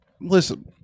Listen